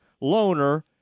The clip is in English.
Loner